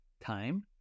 Time